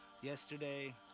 Yesterday